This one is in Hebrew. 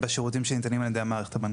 בשירותים שניתנים על ידי המערכת הבנקאית.